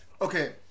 Okay